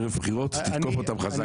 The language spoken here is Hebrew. ערב בחירות, תתקוף אותם חזק.